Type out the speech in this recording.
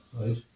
right